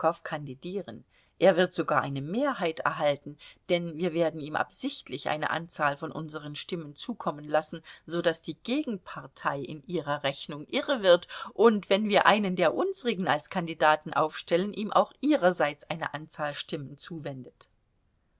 kandidieren er wird sogar eine mehrheit erhalten denn wir werden ihm absichtlich eine anzahl von unseren stimmen zukommen lassen so daß die gegenpartei in ihrer rechnung irre wird und wenn wir einen der unsrigen als kandidaten aufstellen ihm auch ihrerseits eine anzahl stimmen zuwendet